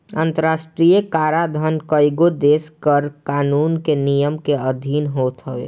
अंतरराष्ट्रीय कराधान कईगो देस के कर कानून के नियम के अधिन होत हवे